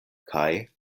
kaj